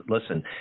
listen